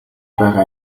байгаа